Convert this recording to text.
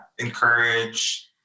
encourage